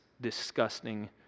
disgusting